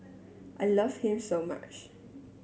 I love him so much